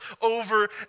over